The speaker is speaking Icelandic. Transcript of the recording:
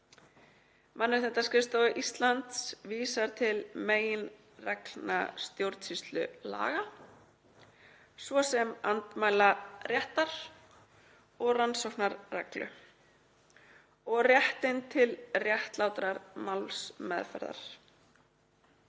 Mannréttindaskrifstofa Íslands vísar til meginreglna stjórnsýslulaga, svo sem andmælaréttar og rannsóknarreglu, og réttinn til réttlátrar málsmeðferðar.